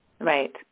right